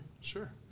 Sure